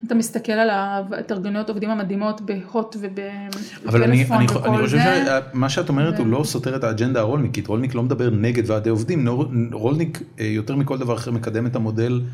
אתה מסתכל על התארגנויות עובדים המדהימות בהוט ובפלאפון ובכל זה. מה שאת אומרת הוא לא סותר את האג'נדה הרולניקית, רולניק לא מדבר נגד ועדי עובדים, רולניק יותר מכל דבר אחר מקדם את המודל.